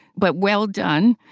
but well done.